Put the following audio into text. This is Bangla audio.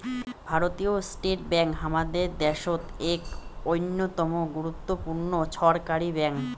ভারতীয় স্টেট ব্যাঙ্ক হামাদের দ্যাশোত এক অইন্যতম গুরুত্বপূর্ণ ছরকারি ব্যাঙ্ক